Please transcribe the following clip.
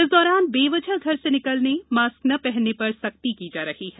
इस दौरान बेवजह घर से निकलने मास्क न पहनने पर सख्ती की जा रही है